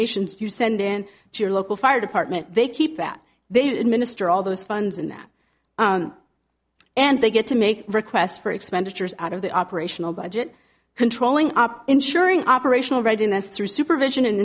donations you send in to your local fire department they keep that they would minister all those funds in that and they get to make requests for expenditures out of the operational budget controlling up ensuring operational readiness through supervision and